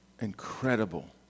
incredible